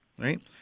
right